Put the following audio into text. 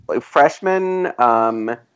Freshman